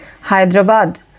Hyderabad